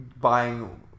buying